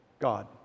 God